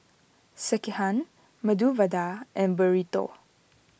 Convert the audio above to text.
Sekihan Medu Vada and Burrito